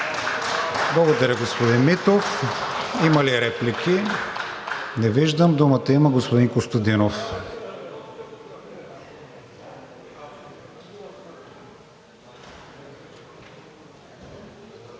Благодаря, господин Митов. Има ли реплики? Не виждам. Думата има господин Костадинов.